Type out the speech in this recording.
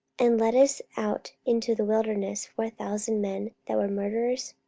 and leddest out into the wilderness four thousand men that were murderers?